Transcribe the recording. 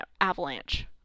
avalanche